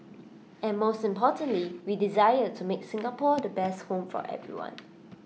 and most importantly we desire to make Singapore the best home for everyone